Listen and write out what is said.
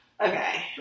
Okay